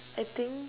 I think